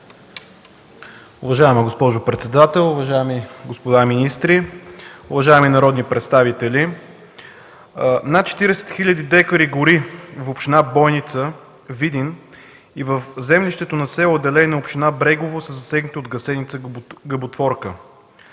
Уважаема госпожо председател, уважаеми господа министри, уважаеми народни представители! Над 40 хиляди декара гори в община Бойница, Видин и в землището на село Делейна, община Брегово са засегнати от гъсеница гъботворка.